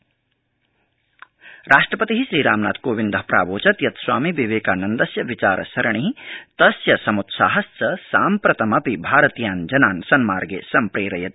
राष्ट्रपति भाषणम् राष्ट्रपति श्रीरामनाथकोविन्द प्रावोचत् यत् स्वामि विवेकानन्दस्य विचार सरणि तस्य समुत्साहश्च साम्प्रतमपि भारतीयान् जनान् सन्मार्गे सम्प्रेयति